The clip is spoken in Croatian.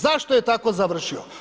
Zašto je tako završio?